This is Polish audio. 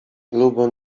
lubo